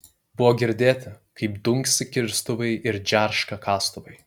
buvo girdėti kaip dunksi kirstuvai ir džerška kastuvai